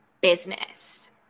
business